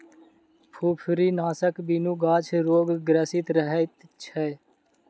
फुफरीनाशकक बिनु गाछ रोगग्रसित रहैत अछि